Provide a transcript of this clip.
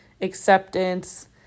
acceptance